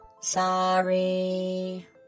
Sorry